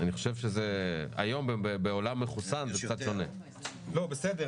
אני חושב שבעולם מחוסן שני המושגים הללו אינם זהים.